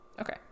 Okay